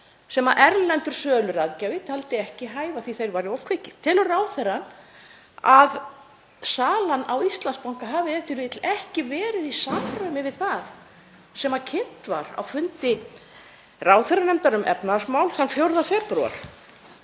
sem erlendur söluráðgjafi taldi ekki hæfa því að þeir væru of kvikir. Telur ráðherrann að salan á Íslandsbanka hafi e.t.v. ekki verið í samræmi við það sem kynnt var á fundi ráðherranefndar um efnahagsmál 4. febrúar